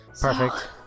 Perfect